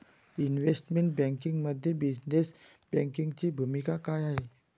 Investment बँकिंगमध्ये business बँकिंगची भूमिका काय आहे?